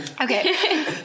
Okay